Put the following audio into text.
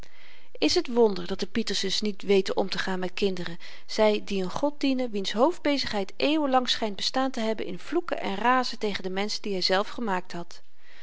is t wonder dat de pietersens niet weten omtegaan met kinderen zy die n god dienen wiens hoofdbezigheid eeuwen lang schynt bestaan te hebben in vloeken en razen tegen de menschen die hyzelf gemaakt had